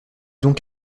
donc